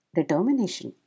determination